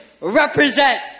represent